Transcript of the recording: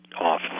off